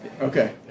Okay